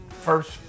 first